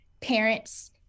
parents